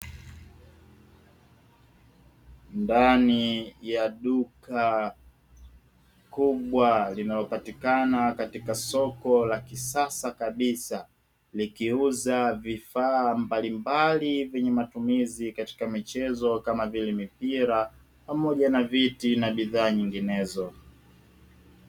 Ndani ya duka kubwa linalopatikana katika soko la kisasa kabisa, likiuza vifaa mbalimbali vyenye matumizi katika michezo kama vile mipira, pamoja na viti na bidhaa nyinginezo.